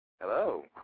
Hello